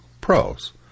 pros